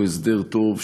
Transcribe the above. הוא הסדר טוב.